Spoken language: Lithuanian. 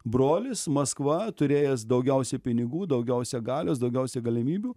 brolis maskva turėjęs daugiausiai pinigų daugiausia galios daugiausia galimybių